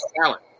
talent